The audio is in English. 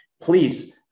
please